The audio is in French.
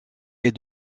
est